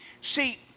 See